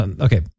okay